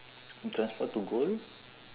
you transform to gold